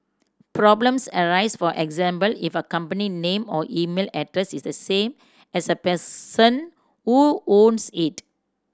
problems arise for example if a company name or email address is the same as the person who owns it